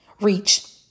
reach